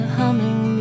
humming